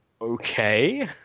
okay